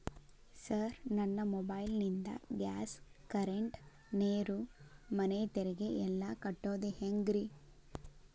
Sir ನನ್ನ mobile ನಿಂದ gas, current, ನೇರು, ಮನೆ ತೆರಿಗೆ ಎಲ್ಲಾ ಕಟ್ಟೋದು ಹೆಂಗ್ರಿ?